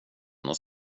något